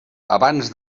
abans